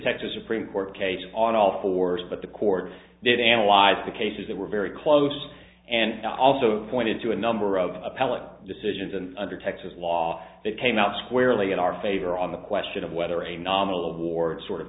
texas supreme court case on all fours but the court did analyze the cases that were very close and also pointed to a number of appellate decisions and under texas law that came out squarely in our favor on the question of whether a nominal award sort of